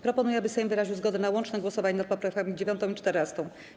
Proponuję, aby Sejm wyraził zgodę na łączne głosowanie nad poprawkami 9. i 14.